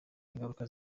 ingaruka